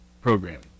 programming